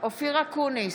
אופיר אקוניס,